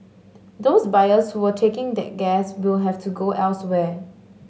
those buyers who were taking that gas will have to go elsewhere